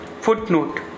Footnote